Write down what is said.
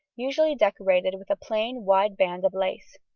usually decorated with a plain wide band of lace.